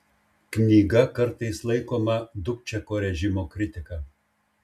knyga kartais laikoma dubčeko režimo kritika